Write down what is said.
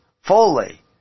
fully